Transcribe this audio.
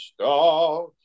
stars